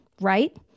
right